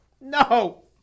No